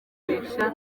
yiyemeje